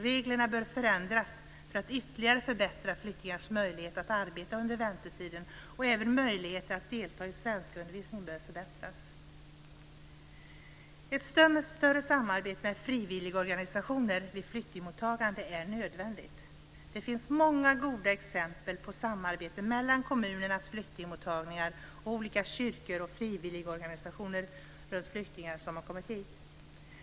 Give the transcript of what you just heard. Reglerna bör förändras för att ytterligare förbättra flyktingars möjlighet att arbeta under väntetiden, och även möjligheter att delta i svenskundervisning bör förbättras. Ett större samarbete med frivilligorganisationer vid flyktingmottagande är nödvändigt. Det finns många goda exempel på samarbete mellan kommunernas flyktingmottagningar och olika kyrkor och frivilligorganisationer för flyktingar som kommit hit.